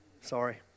Sorry